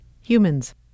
humans